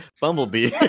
Bumblebee